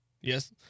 Yes